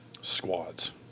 Squads